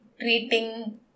treating